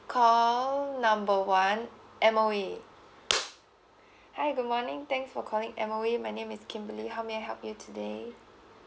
call number one M_O_E hi good morning thanks for calling M_O_E my name is kimberly how may I help you today